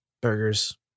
Burgers